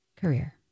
career